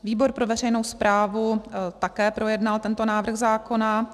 Výbor pro veřejnou správu také projednal tento návrh zákona.